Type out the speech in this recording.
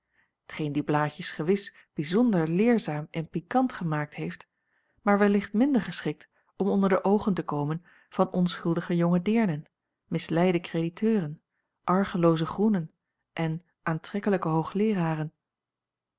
t geen die blaadjes gewis bijzonder leerzaam en pikant gemaakt heeft maar wellicht minder geschikt om onder de oogen te komen van onschuldige jonge deernen misleide krediteuren argelooze groenen en aantrekkelijke hoogleeraren